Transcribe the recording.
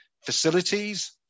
facilities